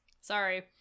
sorry